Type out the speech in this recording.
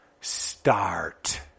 Start